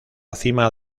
cima